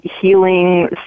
healing